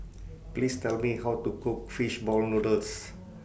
Please Tell Me How to Cook Fish Ball Noodles